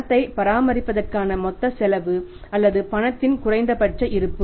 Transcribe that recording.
பணத்தை பராமரிப்பதற்கான மொத்த செலவு அல்லது பணத்தின் இந்த குறைந்தபட்ச இருப்பு